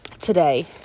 today